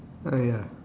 uh ya